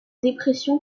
dépression